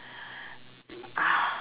ah